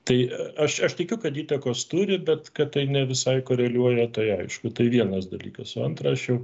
tai aš aš tikiu kad įtakos turi bet kad tai ne visai koreliuoja tai aišku tai vienas dalykas o antra aš jau